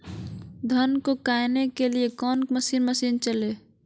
धन को कायने के लिए कौन मसीन मशीन चले?